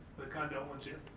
the condel ones here?